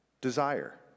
desire